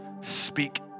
Speak